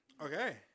Okay